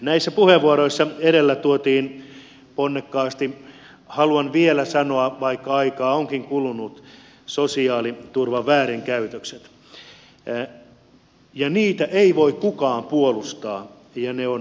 näissä puheenvuoroissa edellä tuotiin ponnekkaasti haluan vielä sanoa vaikka aikaa onkin kulunut sosiaaliturvan väärinkäytökset ja niitä ei voi kukaan puolustaa ja ne on tuomittava